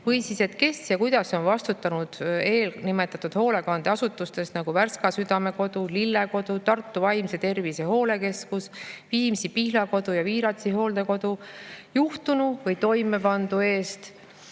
või siis, kes ja kuidas on vastutanud eelnimetatud hoolekandeasutustes, nagu Värska Südamekodu, Lille Kodu, Tartu Vaimse Tervise Hooldekeskus, Viimsi Pihlakodu ja Viiratsi hooldekodu, juhtunu või toimepandu eest.